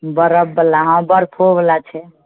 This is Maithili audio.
बरफ बला हाँ बर्फो बला छै